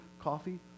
coffee